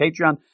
Patreon